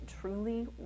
truly